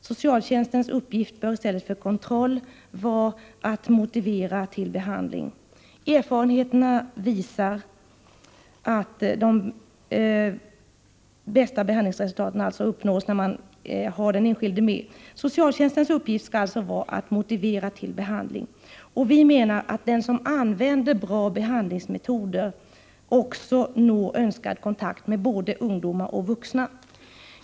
Socialtjänstens uppgift bör i stället för kontroll vara att motivera till behandling. Vi menar att den som använder bra arbetsmetoder också når önskad kontakt med både ungdomar och vuxna.